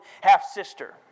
half-sister